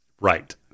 Right